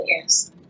yes